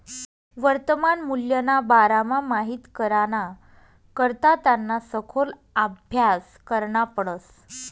वर्तमान मूल्यना बारामा माहित कराना करता त्याना सखोल आभ्यास करना पडस